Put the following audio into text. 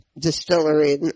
Distillery